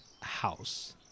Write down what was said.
house